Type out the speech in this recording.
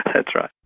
that's right.